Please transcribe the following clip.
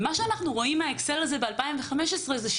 מה שאנחנו רואים באקסל הזה ב-2015 שלאורך